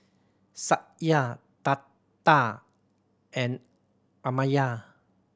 Satya Tata and Amartya